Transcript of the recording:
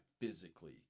physically